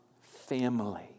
family